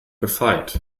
gefeit